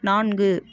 நான்கு